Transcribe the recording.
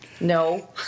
No